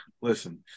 Listen